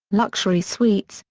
luxury suites,